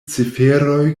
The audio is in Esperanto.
ciferoj